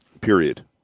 Period